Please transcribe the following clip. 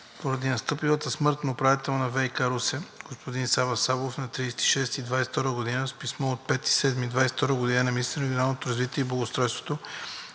Поради настъпилата смърт на управителя на ВиК – Русе, господин Сава Савов на 30 юни 2022 г., с писмо от 5 юли 2022 г. на министъра на регионалното развитие и благоустройството